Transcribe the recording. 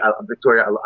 Victoria